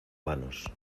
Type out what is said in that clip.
manos